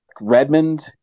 Redmond